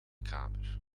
kamer